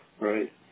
right